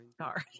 Sorry